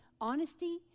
honesty